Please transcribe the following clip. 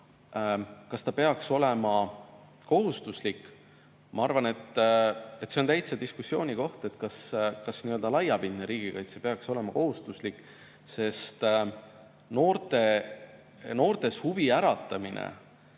Kas ta peaks olema kohustuslik? Ma arvan, et see on täitsa diskussioonikoht, kas laiapindne riigikaitse peaks olema kohustuslik. Noortes huvi äratamine